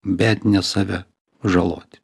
bet ne save žaloti